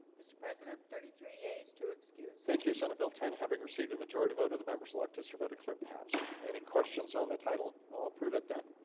mr. president thirty three yeas to excuse thank you senate bill ten having received a majority vote of the members elect history but a clerk pass any questions on the title i'll approve it then